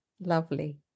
Lovely